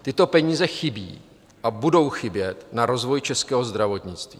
Tyto peníze chybí a budou chybět na rozvoj českého zdravotnictví.